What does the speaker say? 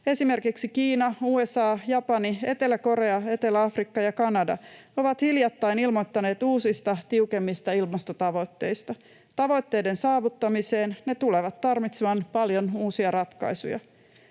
Esimerkiksi Kiina, USA, Japani, Etelä-Korea, Etelä-Afrikka ja Kanada ovat hiljattain ilmoittaneet uusista, tiukemmista ilmastotavoitteista. Tavoitteiden saavuttamiseen ne tulevat tarvitsemaan paljon uusia ratkaisuja.